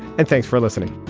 and thanks for listening